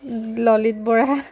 Lalit Bora